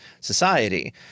society